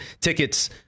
tickets